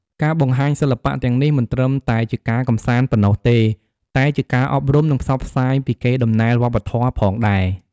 ការបង្ហាញសិល្បៈទាំងនេះមិនត្រឹមតែជាការកម្សាន្តប៉ុណ្ណោះទេ តែជាការអប់រំ និងផ្សព្វផ្សាយពីកេរដំណែលវប្បធម៌ផងដែរ។